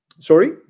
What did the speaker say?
Sorry